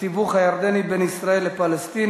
התיווך הירדני בין ישראל ל"חמאס",